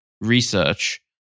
research